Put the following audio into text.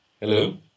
Hello